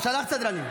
למה לא שלחת סדרן?